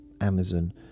Amazon